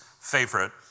favorite